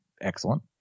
excellent